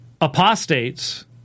apostates